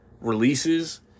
releases